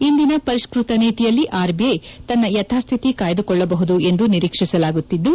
ಇಂದಿನ ಪರಿಷ್ಪ ತ ನೀತಿಯಲ್ಲಿ ಆರ್ಬಿಐ ತನ್ನ ಯಥಾಸ್ಥಿತಿ ಕಾಯ್ದುಕೊಳ್ಳಬಹುದು ಎಂದು ನಿರೀಕ್ಷಿಸಲಾಗುತ್ತಿದ್ದು